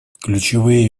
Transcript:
ключевые